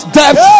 depth